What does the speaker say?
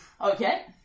Okay